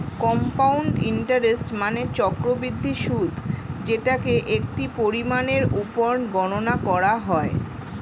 compound interest মানে চক্রবৃদ্ধি সুদ যেটাকে একটি পরিমাণের উপর গণনা করা হয়